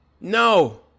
no